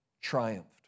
triumphed